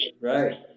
right